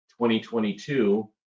2022